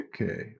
Okay